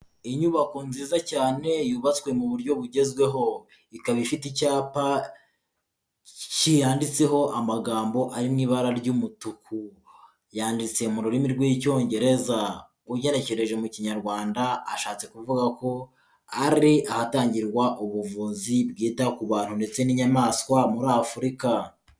Inyubako nziza cyane yubatswe mu buryo bugezweho, ikaba ifite icyapa cyanditseho amagambo ari mu ibara ry'umutuku yanditse mu rurimi rw'icyongereza. Ugenekereje mu kinyarwanda ashatse kuvuga ko ari ahatangirwa ubuvuzi bwita ku bantu ndetse n'inyamaswa muri Afurika.